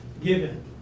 given